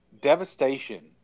Devastation